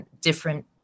different